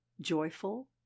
joyful